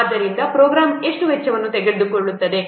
ಆದ್ದರಿಂದ ಪ್ರೋಗ್ರಾಂ ಎಷ್ಟು ವೆಚ್ಚವನ್ನು ತೆಗೆದುಕೊಳ್ಳುತ್ತದೆ